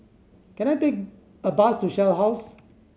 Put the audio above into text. can I take a bus to Shell House